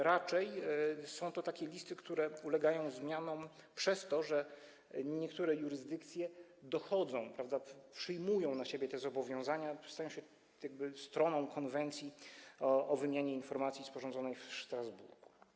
Raczej są to takie listy, które ulegają zmianom przez to, że niektóre jurysdykcje dochodzą, przyjmują na siebie te zobowiązania, stają się jakby stroną konwencji o wymianie informacji, sporządzonej w Strasburgu.